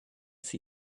sie